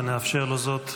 ונאפשר לו זאת.